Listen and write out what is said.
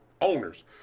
owners